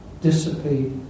dissipate